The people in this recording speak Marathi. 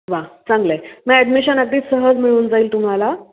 वा चांगलं आहे मग ॲडमिशन अगदी सहज मिळून जाईल तुम्हाला